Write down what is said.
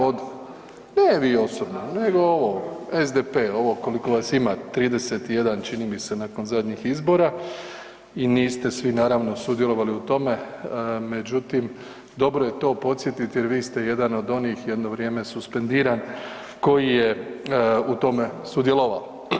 Od …… [[Upadica sa strane, ne razumije se.]] Ne vi osobno, nego ovo, SDP, ovo koliko vas ima, 31, čini mi se nakon zadnjih izbora i niste svi naravno sudjelovali u tome međutim dobro je podsjetiti, vi ste jedan od onih jedno vrijeme suspendiran koji je u tome sudjelovao.